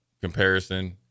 comparison